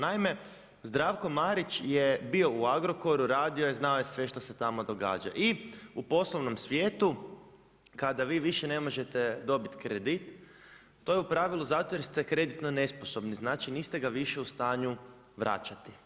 Naime, Zdravko Marić je bio u Agrokoru, radio je, znao je sve što se tamo događa i u poslovnom svijetu, kada vi više ne možete dobiti kredit, to je u pravilu zato jer ste kreditno nesposobni, znači niste ga više u stanju vračati.